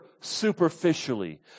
superficially